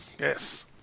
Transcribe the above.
Yes